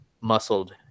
muscled